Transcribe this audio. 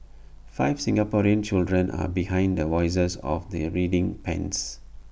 five Singaporean children are behind the voices of the reading pens